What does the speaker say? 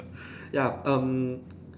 ya um